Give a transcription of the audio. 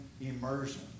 immersion